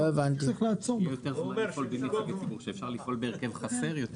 הוא אומר שאפשר לפעול יותר זמן בהרכב חסר.